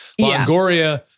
Longoria